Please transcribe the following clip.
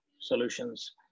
solutions